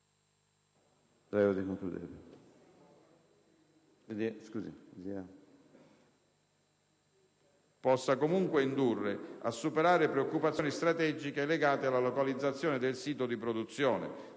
possa indurre a superare preoccupazioni strategiche legate alla localizzazione del sito di produzione.